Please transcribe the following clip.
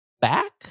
back